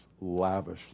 lavishly